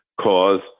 cause